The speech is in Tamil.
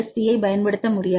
பியைப் பயன்படுத்த முடியாது